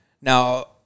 Now